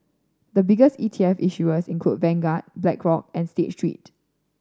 the biggest E T F issuers include Vanguard Blackrock and State Street